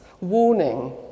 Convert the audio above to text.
warning